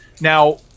Now